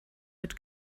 mit